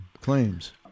claims